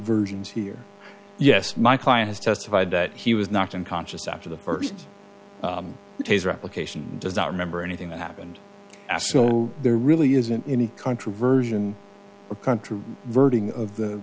versions here yes my client has testified that he was knocked unconscious after the first taser application does not remember anything that happened as so there really isn't any country version or country verging of the